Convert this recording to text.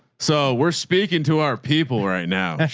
so we're speaking to our people right now.